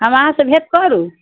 हम अहाँ से भेट करू